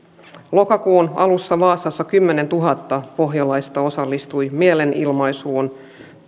lokakuun alussa vaasassa kymmenentuhatta pohjalaista osallistui mielenilmaisuun